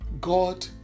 God